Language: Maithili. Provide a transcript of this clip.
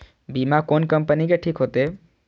बीमा कोन कम्पनी के ठीक होते?